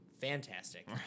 fantastic